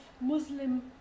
Muslim